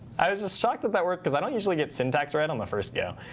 i was just shocked that that worked, because i don't usually get syntax right on the first go.